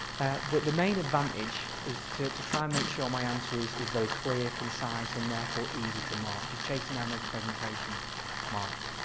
the main advantage is to to try and make sure my answer is is very clear concise and therefore easy to mark just chasing down those presentation marks.